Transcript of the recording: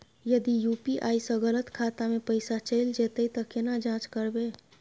यदि यु.पी.आई स गलत खाता मे पैसा चैल जेतै त केना जाँच करबे?